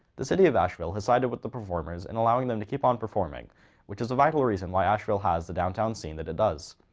the city of asheville has sided with the performers in allowing them to keep on performing whih is a viable reason why ashevile has the downtown scene that it does.